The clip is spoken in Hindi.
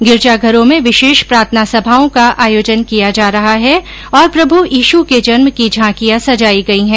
गिरजाघरों में विशेष प्रार्थना सभाओं का आयोजन किया जा रहा है और प्रभु यीशु के जन्म की झांकियां सजाई गई है